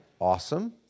Awesome